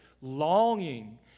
longing